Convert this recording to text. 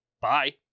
bye